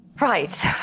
Right